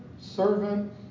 servant